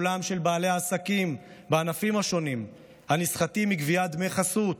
קולם של בעלי העסקים בענפים השונים הנסחטים בגביית דמי חסות,